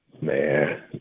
man